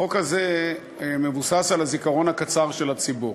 החוק הזה מבוסס על הזיכרון הקצר של הציבור,